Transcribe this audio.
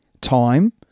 time